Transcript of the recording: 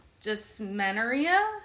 dysmenorrhea